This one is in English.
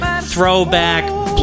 Throwback